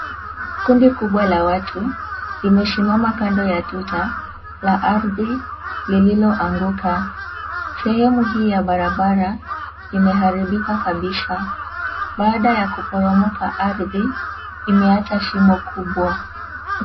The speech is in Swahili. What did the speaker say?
Kundi kubwa la watu limesimama kando ya tuta la ardhi lililoanguka sehemu hii ya barabara imeharibika kabisaa baada ya kuporomoka ardhi imeacha shimo kubwa.